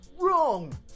Wrong